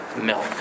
milk